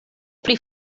pri